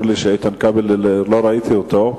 איתן כבל, לא ראיתי אותו,